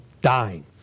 dying